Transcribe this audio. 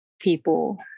people